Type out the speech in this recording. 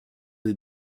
les